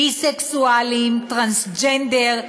ביסקסואלים, טרנסג'נדר.